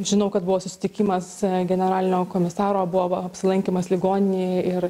žinau kad buvo susitikimas generalinio komisaro buvo apsilankymas ligoninėje ir